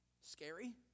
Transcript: scary